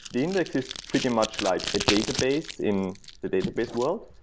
the index is pretty much like a database in the database world.